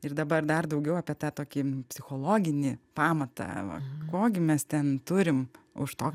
ir dabar dar daugiau apie tą tokį psichologinį pamatą ko gi mes ten turim už to